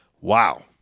Wow